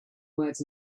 words